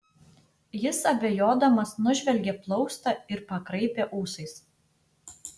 jis abejodamas nužvelgė plaustą ir pakraipė ūsais